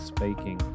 Speaking